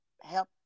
help